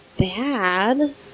bad